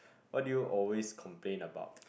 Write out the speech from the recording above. what do you always complain about